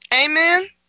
Amen